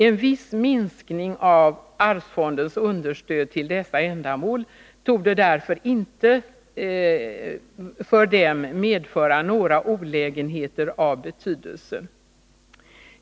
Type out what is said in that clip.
En viss minskning av arvsfondens understöd till dessa ändamål torde därför inte för dem medföra några olägenheter av betydelse.